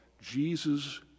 Jesus